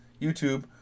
YouTube